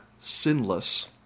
sinless